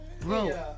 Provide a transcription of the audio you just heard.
bro